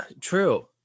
true